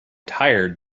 tired